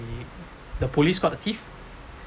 the police got the thief